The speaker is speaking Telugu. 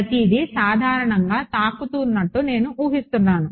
ప్రతిదీ సాధారణంగా తాకుతూనట్టు నేను ఊహిస్తున్నాను